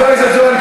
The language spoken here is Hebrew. מה זה ערביי ישראל?